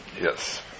Yes